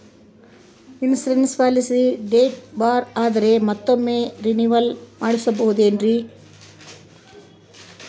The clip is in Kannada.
ಇನ್ಸೂರೆನ್ಸ್ ಪಾಲಿಸಿ ಡೇಟ್ ಬಾರ್ ಆದರೆ ಮತ್ತೊಮ್ಮೆ ರಿನಿವಲ್ ಮಾಡಿಸಬಹುದೇ ಏನ್ರಿ?